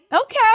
Okay